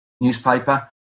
newspaper